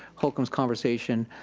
holcomb's conversation.